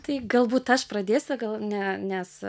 tai galbūt aš pradėsiu gal ne nes